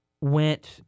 went